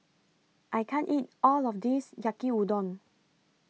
I can't eat All of This Yaki Udon